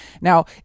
Now